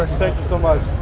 ah thank you so much.